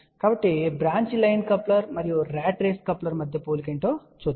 కాబట్టి branch line coupler మరియు rat race coupler మధ్య పోలిక చూద్దాం